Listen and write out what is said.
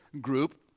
group